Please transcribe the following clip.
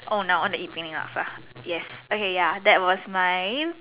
oh now I want to eat Penang Laksa yes okay ya that was mine